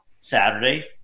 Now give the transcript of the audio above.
Saturday